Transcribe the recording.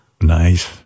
Nice